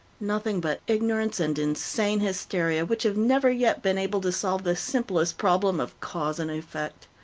nothing but ignorance and insane hysteria, which have never yet been able to solve the simplest problem of cause and effect.